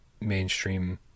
mainstream